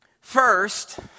First